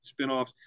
spinoffs